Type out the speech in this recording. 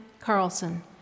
Carlson